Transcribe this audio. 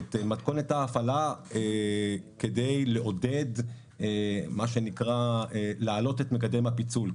את מתכונת ההפעלה כדי לעודד להעלות מה שנקרא מקם הפיצול.